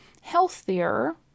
healthier